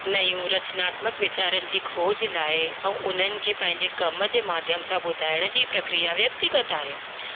नयूं रचनात्मक वीचारनि जी खोज लाइ ऐं उन्हनि खे पंहिंजे कम जे माध्यम सां ॿुधाइण जी प्रक्रिया व्यक्तिगत आहे